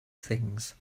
things